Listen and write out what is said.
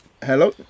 Hello